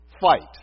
fight